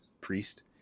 priest